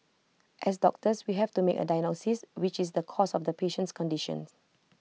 as doctors we have to make A diagnosis which is the cause of the patient's conditions